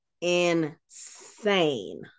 insane